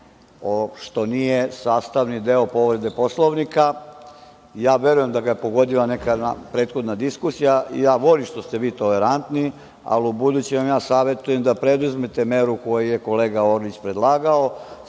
što nije sastavni deo povrede Poslovnika. Verujem da ga je pogodila neka prethodna diskusija. Ja volim što ste vi tolerantni, ali ubuduće vam savetujem da preduzmete meru koju je kolega Orlić predlagao.